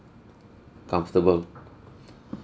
comfortable